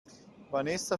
vanessa